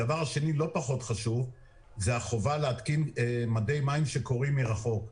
דבר שני לא פחות חשוב הוא החובה להתקין מדי מים שקוראים מרחוק.